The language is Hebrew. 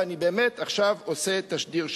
ואני באמת עכשיו עושה תשדיר שירות.